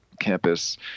campus